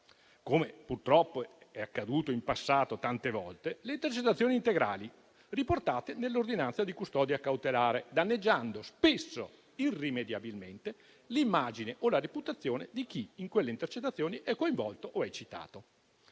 come purtroppo è accaduto in passato tante volte - le intercettazioni integrali riportate nell'ordinanza di custodia cautelare, danneggiando spesso irrimediabilmente l'immagine o la reputazione di chi in quelle intercettazioni è coinvolto o è citato.